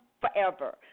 forever